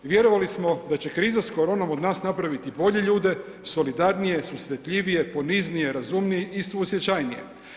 Vjerovali smo da će kriza s koronom od nas napraviti bolje ljude, solidarnije, susretljivije, poniznije, razumnije i suosjećajnije.